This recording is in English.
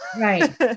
right